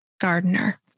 gardener